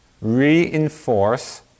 reinforce